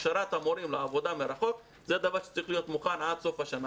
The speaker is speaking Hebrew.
הכשרת המורים לעבודה מרחוק זה דבר שצריך להיות מוכן עד סוף השנה.